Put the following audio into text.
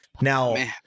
Now